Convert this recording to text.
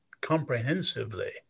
comprehensively